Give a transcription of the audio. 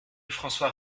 françois